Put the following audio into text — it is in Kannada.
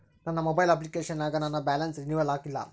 ನನ್ನ ಮೊಬೈಲ್ ಅಪ್ಲಿಕೇಶನ್ ನಾಗ ನನ್ ಬ್ಯಾಲೆನ್ಸ್ ರೀನೇವಲ್ ಆಗಿಲ್ಲ